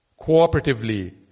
cooperatively